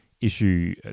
issue